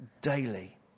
daily